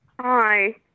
Hi